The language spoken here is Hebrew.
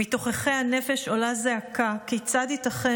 מתוככי הנפש עולה זעקה: כיצד ייתכן